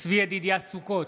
צבי ידידיה סוכות,